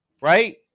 Right